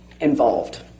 involved